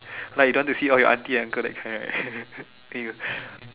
like you don't want to see all your auntie uncle that kind right then you